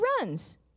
runs